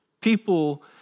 People